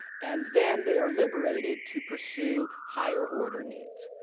and then they are liberated to pursue higher order needs.